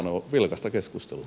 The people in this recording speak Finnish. no vilkasta keskustelua